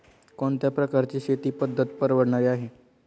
कोणत्या प्रकारची शेती पद्धत परवडणारी आहे?